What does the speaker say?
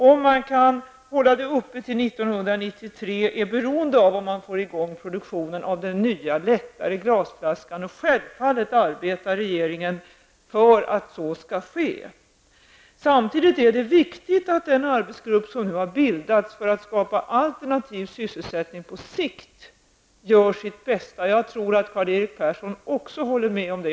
En upprätthållen drift fram till år 1993 är beroende av om man får i gång produktionen av den nya lättare glasflaskan, och självfallet arbetar regeringen för att så skall ske. Det är samtidigt viktigt att den arbetsgrupp som nu har bildats för att skapa alternativ sysselsättning på sikt gör sitt bästa. Jag tror att också Karl-Erik Persson håller med om detta.